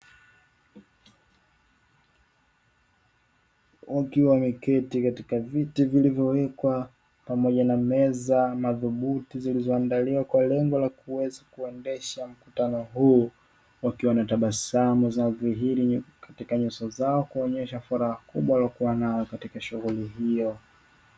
Watu wameketi katika viti vilivyowekwa pamoja na meza madhubuti, zilizoandaliwa kwa lengo la kuweza kuendesha mkutano huu, wakiwa na tabasamu katika nyuso zao kuonyesha furaha kubwa waliyokuwa nayo, katika shughuli hii.